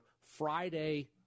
Friday